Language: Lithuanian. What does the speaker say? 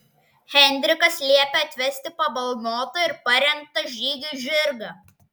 henrikas liepia atvesti pabalnotą ir parengtą žygiui žirgą